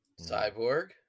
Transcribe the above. Cyborg